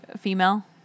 female